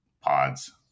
pods